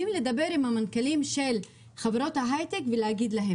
לדבר עם המנכ"לים של חברות ההייטק ולהציע להם